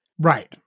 Right